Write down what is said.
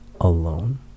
alone